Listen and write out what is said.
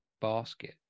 basket